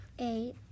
Eight